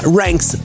ranks